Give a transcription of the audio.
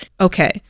Okay